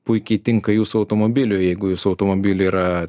puikiai tinka jūsų automobiliui jeigu jūsų automobiliui yra